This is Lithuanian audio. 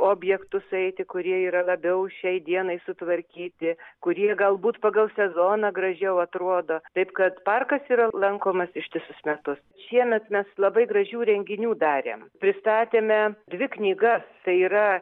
objektus eiti kurie yra labiau šiai dienai sutvarkyti kurie galbūt pagal sezoną gražiau atrodo taip kad parkas yra lankomas ištisus metus šiemet mes labai gražių renginių darėm pristatėme dvi knygas tai yra